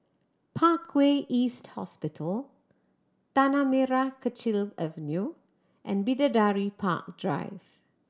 Parkway East Hospital Tanah Merah Kechil Avenue and Bidadari Park Drive